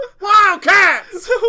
Wildcats